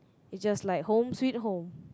is just like home sweet home